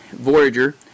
Voyager